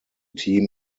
team